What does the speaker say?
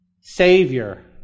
Savior